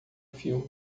filme